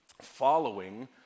following